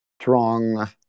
strong